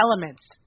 Elements